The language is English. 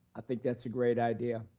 think that's a great idea.